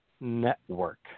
Network